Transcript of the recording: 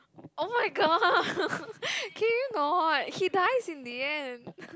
oh-my-god can you not he dies in the end